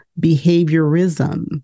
behaviorism